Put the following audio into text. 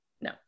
No